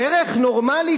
דרך נורמלית,